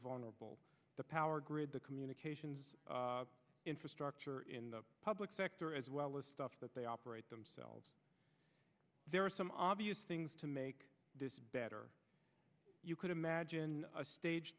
vulnerable the power grid the communications infrastructure in the public sector as well as stuff that they operate themselves there are some obvious things to make this better you could imagine a stage